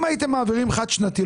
אם הייתם מעבירים חד-שנתי,